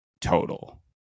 total